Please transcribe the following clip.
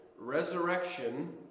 resurrection